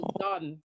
done